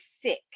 sick